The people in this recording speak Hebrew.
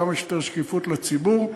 כמה שיותר שקיפות לציבור.